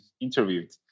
interviewed